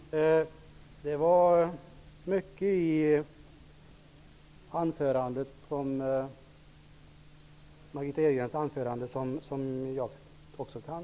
Herr talman! Det var mycket i Margitta Edgrens anförande som också jag kan instämma i.